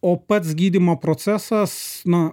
o pats gydymo procesas na